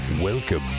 Welcome